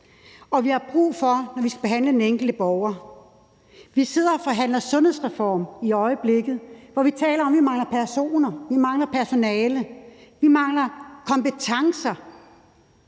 Og vi har brug for det, når vi skal behandle den enkelte borger. Vi sidder og forhandler sundhedsreform i øjeblikket, hvor vi taler om, at vi mangler personer, at vi mangler personale, at vi mangler kompetencer,